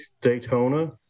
Daytona